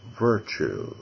virtue